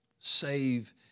save